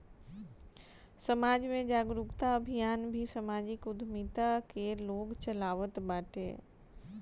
समाज में जागरूकता अभियान भी समाजिक उद्यमिता कअ लोग चलावत बाटे